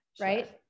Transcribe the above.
right